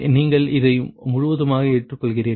நீங்கள் இதை முழுவதுமாக ஏற்றுக்கொள்கிறீர்கள்